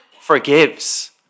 forgives